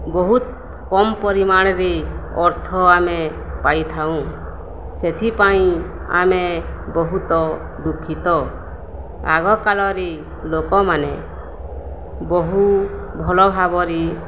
ବହୁତ କମ୍ ପରିମାଣରେ ଅର୍ଥ ଆମେ ପାଇଥାଉଁ ସେଥିପାଇଁ ଆମେ ବହୁତ ଦୁଃଖିତ ଆଗକାଳରେ ଲୋକମାନେ ବହୁ ଭଲ ଭାବରେ